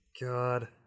God